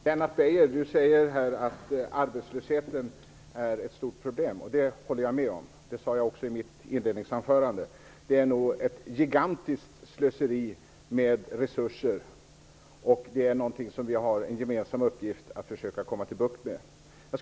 Herr talman! Lennart Beijer säger här att arbetslösheten är ett stort problem. Det håller jag med om. Det sade jag också i mitt inledningsanförande. Det är ett gigantiskt slöseri med resurser. Vi har en gemensam uppgift att försöka få bukt med den.